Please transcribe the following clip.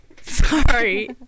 Sorry